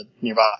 nearby